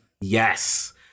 Yes